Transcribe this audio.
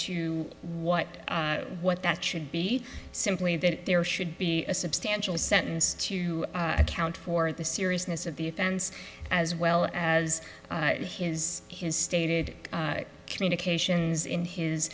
to what what that should be simply that there should be a substantial sentence to account for the seriousness of the offense as well as his his stated communications in his